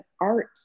art